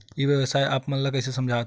ई व्यवसाय से आप ल का समझ आथे?